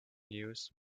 news